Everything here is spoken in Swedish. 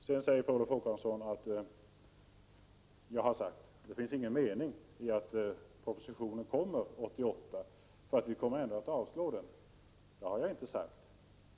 Sedan säger Per Olof Håkansson att jag har sagt att det inte är någon mening med att framlägga en proposition år 1988, eftersom vi ändå kommer att avslå den. Det har jag inte sagt.